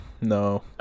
No